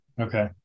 okay